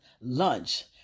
lunch